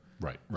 Right